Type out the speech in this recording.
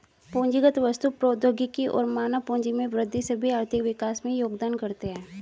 पूंजीगत वस्तु, प्रौद्योगिकी और मानव पूंजी में वृद्धि सभी आर्थिक विकास में योगदान करते है